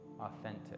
authentic